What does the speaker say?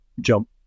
jump